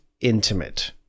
intimate